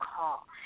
call